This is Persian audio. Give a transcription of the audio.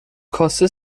کاسه